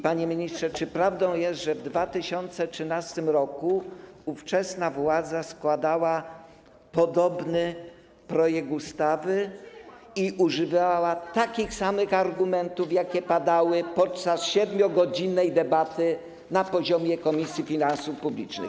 Panie ministrze, czy prawdą jest, że w 2013 r. ówczesna władza składała podobny projekt ustawy i używała takich samych argumentów jak te, jakie padały podczas siedmiogodzinnej debaty na poziomie Komisji Finansów Publicznych?